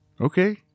okay